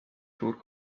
suur